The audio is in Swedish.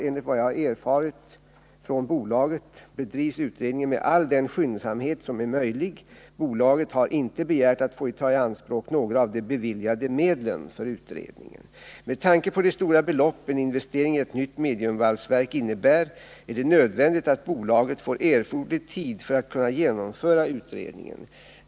Enligt vad jag har erfarit från bolaget bedrivs utredningen med all den skyndsamhet som är möjlig. Bolaget har inte begärt att få ta i anspråk några av de beviljade medlen för utredningen. Med tanke på det stora belopp en investering i ett nytt mediumvalsverk innebär är det nödvändigt att bolaget får erforderlig tid för att kunna genomföra utredningen.